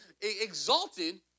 exalted